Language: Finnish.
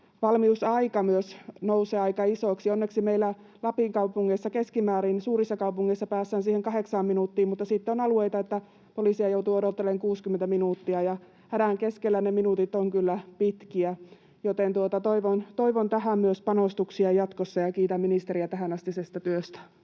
toimintavalmiusaika myös nousee aika isoksi. Onneksi meillä Lapin suurissa kaupungeissa keskimäärin päästään siihen kahdeksaan minuuttiin, mutta sitten on alueita, joilla poliisia joutuu odottelemaan 60 minuuttia, ja hädän keskellä ne minuutit ovat kyllä pitkiä. Toivon tähän panostuksia myös jatkossa, ja kiitän ministeriä tähänastisesta työstä.